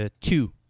two